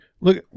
look